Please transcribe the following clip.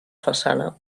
façana